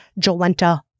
Jolenta